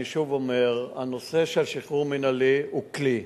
אני שוב אומר: הנושא של שחרור מינהלי הוא כלי.